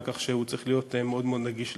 כך שהוא צריך להיות מאוד מאוד נגיש להם.